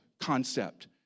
concept